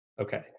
okay